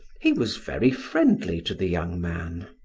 he was very friendly to the young man.